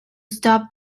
stop